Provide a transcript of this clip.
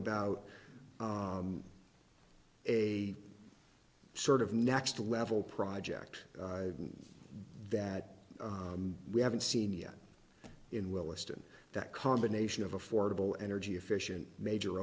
about a sort of next level project that we haven't seen yet in willesden that combination of affordable energy efficient major